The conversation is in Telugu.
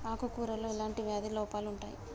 ఆకు కూరలో ఎలాంటి వ్యాధి లోపాలు ఉంటాయి?